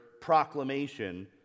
proclamation